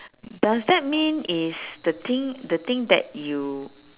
does that mean is the thing the thing that you